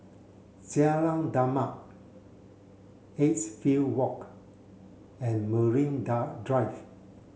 Jalan Demak Edgefield Walk and Marine Drive